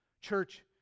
Church